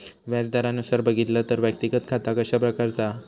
व्याज दरानुसार बघितला तर व्यक्तिगत खाता कशा प्रकारचा हा?